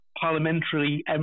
parliamentary